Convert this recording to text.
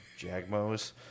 Jagmos